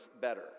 better